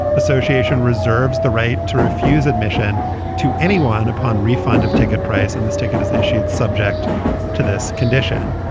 association reserves the right to refuse admission to anyone upon refund of ticket price. and this ticket is issued subject to this condition.